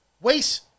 waste